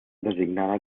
designada